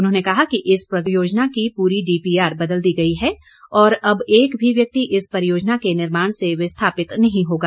उन्होंने कहा कि इस परियोजना की पूरी डीपीआर बदल दी गई है और अब एक भी व्यक्ति इस परियोजना के निर्माण से विस्थापित नहीं होगा